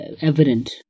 evident